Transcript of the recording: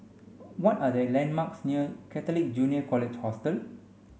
what are the landmarks near Catholic Junior College Hostel